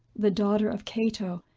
the daughter of cato,